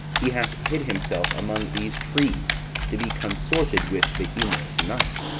he hath hid himself among these trees to be consorted with the humorous night.